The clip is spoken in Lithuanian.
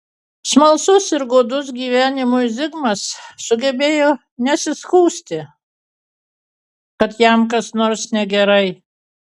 smalsus ir godus gyvenimui zigmas sugebėjo nesiskųsti kad jam kas nors negerai